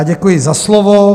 Děkuji za slovo.